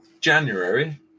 January